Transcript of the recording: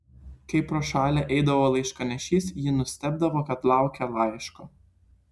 kai pro šalį eidavo laiškanešys ji nustebdavo kad laukia laiško